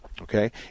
okay